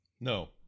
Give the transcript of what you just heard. No